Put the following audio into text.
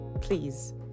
please